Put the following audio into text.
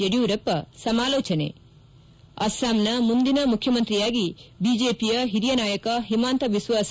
ಯಡಿಯೂರಪ್ಸ ಸಮಾಲೋಚನೆ ಅಸ್ಪಾಂನ ಮುಂದಿನ ಮುಖ್ಯಮಂತ್ರಿಯಾಗಿ ಬಿಜೆಪಿ ಹಿರಿಯ ನಾಯಕ ಹಿಮಾಂತಾ ಬಿಸ್ಲಾ ಳು